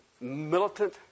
militant